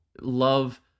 love